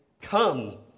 Come